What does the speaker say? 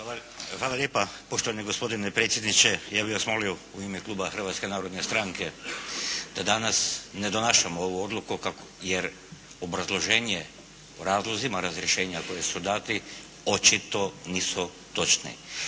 Hvala lijepa. Poštovani gospodine predsjedniče ja bih vas molio u ime Kluba Hrvatske narodne stranke da danas ne donašamo ovu odluku jer obrazloženje o razlozima razrješenja koji su dati očito nisu točni.